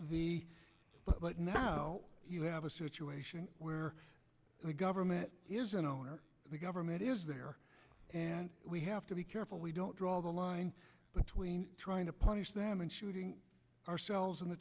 so but now you have a situation where the government is an owner the government is there and we have to be careful we don't draw the line between trying to punish them and shooting ourselves in the